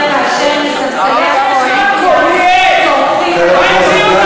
אני לא יכולה לדבר כאשר מספסלי הקואליציה צורחים אלי